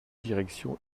direction